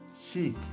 Seek